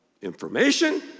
information